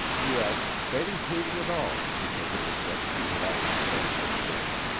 yes, betty hated it all because it was what she had always thirsted for.